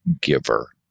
giver